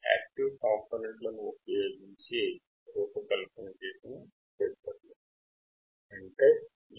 active కాంపొనెంట్లు ఉపయోగించి రూపొందించబడిన ఫిల్టర్లు యాక్టివ్ ఫిల్టర్లు